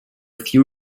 few